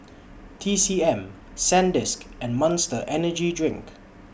T C M Sandisk and Monster Energy Drink